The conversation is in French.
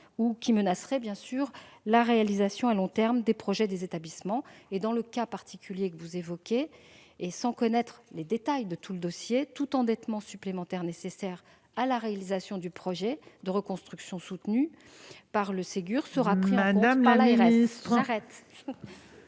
qui menacerait à long terme la réalisation des projets des établissements. Dans le cas particulier que vous évoquez, et sans connaître les détails du dossier, je peux vous dire que tout endettement supplémentaire nécessaire à la réalisation du projet de rénovation soutenu par le Ségur sera pris en compte par l'ARS.